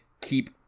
keep